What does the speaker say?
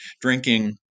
drinking